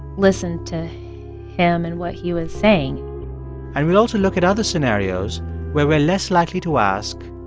listen to him and what he was saying and we'll also look at other scenarios where we're less likely to ask,